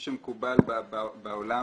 זה להסמיך את השר לעשות את זה אבל זה לא בפועל,